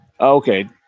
Okay